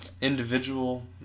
individual